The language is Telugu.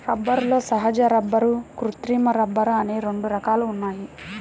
రబ్బరులో సహజ రబ్బరు, కృత్రిమ రబ్బరు అని రెండు రకాలు ఉన్నాయి